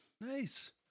Nice